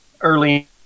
early